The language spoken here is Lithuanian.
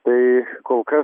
tai kol kas